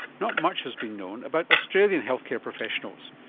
not much has been known about australian healthcare professionals,